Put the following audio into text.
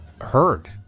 heard